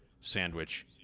sandwich